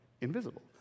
invisible